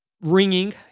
ringing